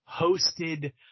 hosted